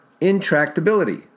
intractability